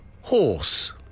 horse